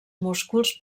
músculs